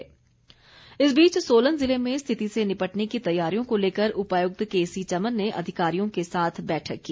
बैठक इस बीच सोलन ज़िले में स्थिति से निपटने की तैयारियों को लेकर उपायुक्त केसी चमन ने अधिकारियों के साथ बैठक की